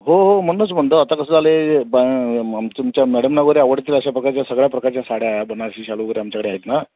हो हो म्हणूनच म्हणतो आता कसं झालं आहे बा आम तुमच्या मॅडमना वगैरे आवडतील अशा प्रकारच्या सगळ्या प्रकारच्या साड्या आहे बनारसी शालू वगैरे आमच्याकडे आहेत ना